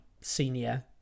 senior